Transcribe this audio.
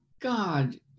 God